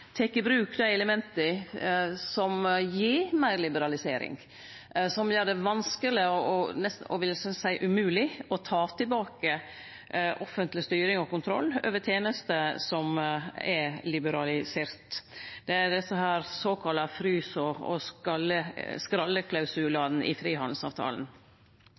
tek i bruk dei elementa som gir meir liberalisering, og som gjer det vanskeleg, eg vil nesten seie umogleg, å ta tilbake offentleg styring og kontroll over tenester som er liberaliserte. Det er desse såkalla frys- og skralleklausulane i frihandelsavtalen.